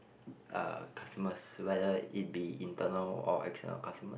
uh customers whether it be internal or external customers